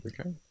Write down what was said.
Okay